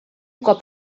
cop